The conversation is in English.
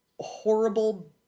horrible